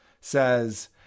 says